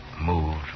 moved